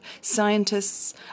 Scientists